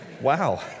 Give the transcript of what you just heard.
Wow